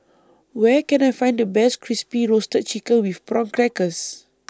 Where Can I Find The Best Crispy Roasted Chicken with Prawn Crackers